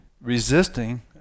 resisting